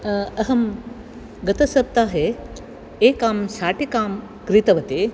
अहं गतसप्ताहे एकां शाटिकां क्रीतवती